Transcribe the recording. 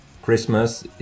Christmas